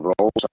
roles